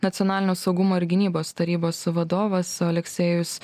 nacionalinio saugumo ir gynybos tarybos vadovas oleksijus